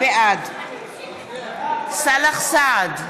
בעד סאלח סעד,